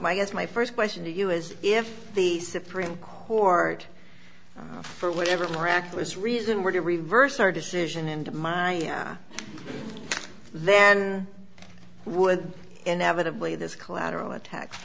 guess my first question to you is if the supreme court for whatever miraculous reason were to reverse our decision and my then would inevitably this collateral attack